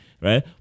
right